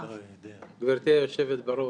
גברתי היושבת בראש,